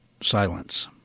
silence